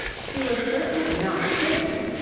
she was certainly not pretty,